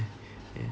ya